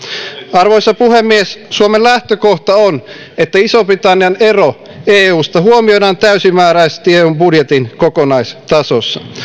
arvoisa puhemies suomen lähtökohta on että ison britannian ero eusta huomioidaan täysimääräisesti eun budjetin kokonaistasossa